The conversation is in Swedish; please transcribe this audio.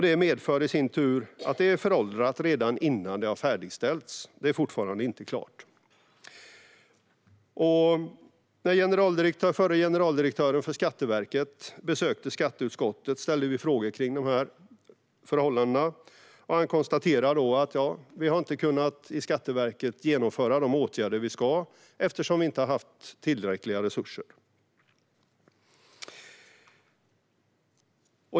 Det medför i sin tur att det är föråldrat redan innan det har färdigställts, och det är fortfarande inte klart. När den förre generaldirektören för Skatteverket besökte skatteutskottet ställde vi frågor om dessa förhållanden. Han konstaterade då att man på Skatteverket inte har kunnat genomföra de åtgärder som man ska genomföra eftersom man inte har haft tillräckliga resurser.